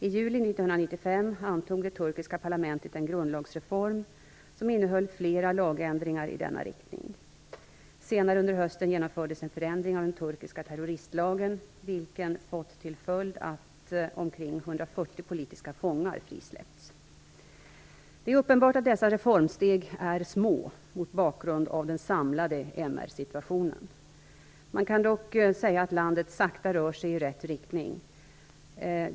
I juli 1995 antog det turkiska parlamentet en grundlagsreform som innehöll flera lagändringar i denna riktning. Senare under hösten genomfördes en förändring av den turkiska terroristlagen, vilken har fått till följd att omkring 140 politiska fångar frisläppts. Det är uppenbart att dessa reformsteg är små mot bakgrund av den samlade MR-situationen. Man kan dock säga att landet sakta rör sig i rätt riktning.